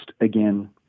again